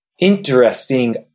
Interesting